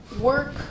work